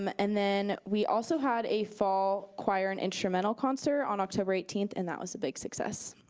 um and then we also had a fall choir and instrumental concert on october eighteenth, and that was a big success.